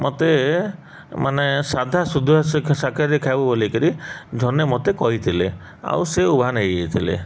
ମୋତେ ମାନେ ସାଧା ଶୁଦ୍ଧ ଖାଇବୁ ବୋଲି କରି ଧନେ ମୋତେ କହିଥିଲେ ଆଉ ସେ ଉଭାନ ହେଇଯାଇଥିଲେ